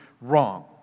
wrong